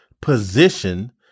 position